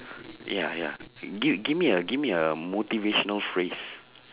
ya ya gi~ give me a give me a motivational phrase